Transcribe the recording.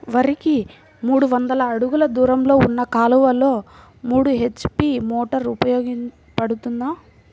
వరికి మూడు వందల అడుగులు దూరంలో ఉన్న కాలువలో మూడు హెచ్.పీ మోటార్ ఉపయోగపడుతుందా?